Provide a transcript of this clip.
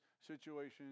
situations